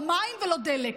לא מים ולא דלק.